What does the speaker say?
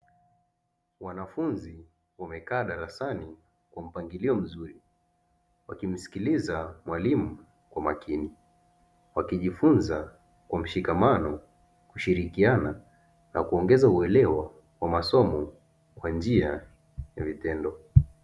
Wanafunzi wamekaa darasani kwa mpangilio mzuri, wakimsikiliza mwalimu kwa makini, wakijifunza kwa mshikamano, kushirikiana wakiongeza uelewa wa masomo kwa njia ya vitendo.